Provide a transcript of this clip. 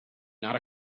not